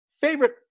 favorite